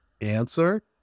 answer